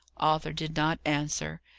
arthur did not answer.